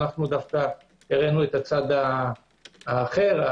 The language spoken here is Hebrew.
הראינו את הצד האחר,